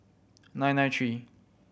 nine nine three